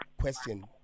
question